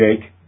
Jake